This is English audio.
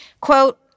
Quote